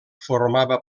formava